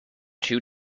two